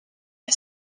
est